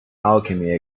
alchemy